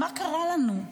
מה קרה לנו?